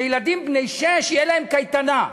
שילדים בני שש, תהיה להם קייטנה בחופש.